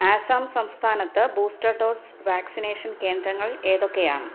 ആസാം സംസ്ഥാനത്ത് booster dose vaccination കേന്ദ്രങ്ങൾ ഏതൊക്കെയാണ്